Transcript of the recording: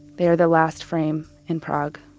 they are the last frame in prague.